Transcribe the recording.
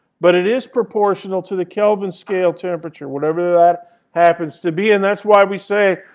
but it is proportional to the kelvin scale temperature, whatever that happens to be. and that's why we say,